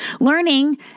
Learning